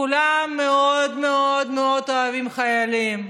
כולם מאוד מאוד מאוד אוהבים חיילים.